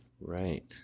Right